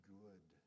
good